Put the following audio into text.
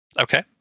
Okay